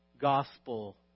gospel